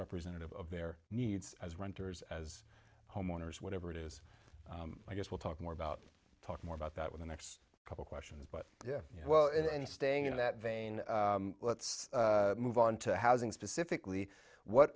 representative of their needs as renters as homeowners whatever it is i guess we'll talk more about talk more about that with the next couple questions but yeah well and staying in that vein let's move on to housing specifically what